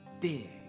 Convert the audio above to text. big